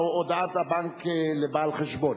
הודעת הבנק לבעל חשבון).